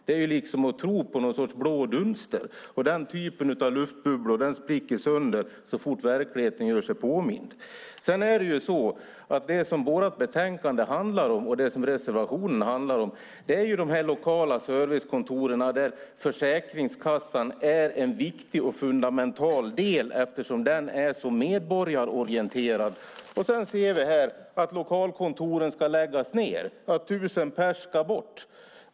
Det är att tro på någon sorts blå dunster. Den typen av luftbubblor spricker så fort verkligheten gör sig påmind. Betänkandet och vår reservation handlar om de lokala servicekontoren där Försäkringskassan är en fundamental del eftersom den är så medborgarorienterad. Sedan kan vi i tidningen läsa att lokalkontoren ska läggas ned och att tusen personer ska bort.